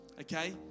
Okay